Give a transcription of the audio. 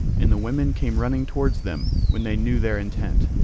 and the women came running towards them, when they knew their intent.